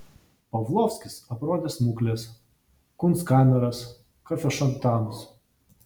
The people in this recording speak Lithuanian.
pavlovskis aprodė smukles kunstkameras kafešantanus